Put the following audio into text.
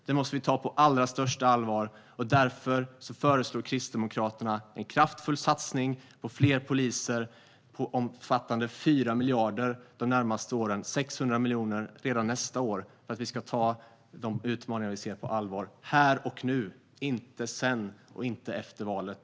Det måste vi ta på allra största allvar, och därför föreslår Kristdemokraterna en kraftfull satsning på fler poliser, motsvarande 4 miljarder de närmaste åren och 600 miljoner redan nästa år. Vi måste ta de utmaningar vi ser på allvar här och nu, inte sedan och inte efter valet.